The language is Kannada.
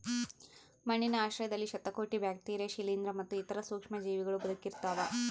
ಮಣ್ಣಿನ ಆಶ್ರಯದಲ್ಲಿ ಶತಕೋಟಿ ಬ್ಯಾಕ್ಟೀರಿಯಾ ಶಿಲೀಂಧ್ರ ಮತ್ತು ಇತರ ಸೂಕ್ಷ್ಮಜೀವಿಗಳೂ ಬದುಕಿರ್ತವ